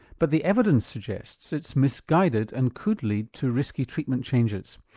but the evidence suggests it's misguided and could lead to risky treatment changes.